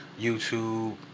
YouTube